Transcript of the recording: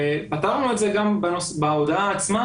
אתה גם רואה את זה בהודעה עצמה,